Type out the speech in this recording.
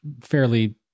fairly –